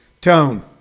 Tone